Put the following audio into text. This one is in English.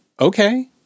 okay